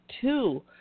two